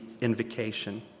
invocation